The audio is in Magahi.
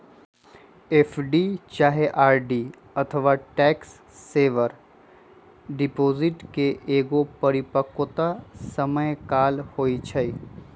एफ.डी चाहे आर.डी अथवा टैक्स सेवर डिपॉजिट के एगो परिपक्वता समय काल होइ छइ